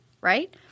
right